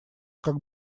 как